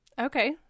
Okay